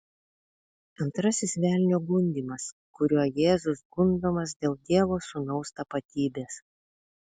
antrasis velnio gundymas kuriuo jėzus gundomas dėl dievo sūnaus tapatybės